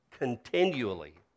continually